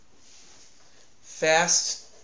Fast